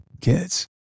kids